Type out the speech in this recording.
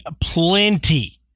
plenty